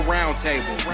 Roundtable